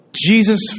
Jesus